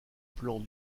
plan